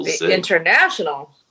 International